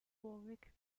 warwick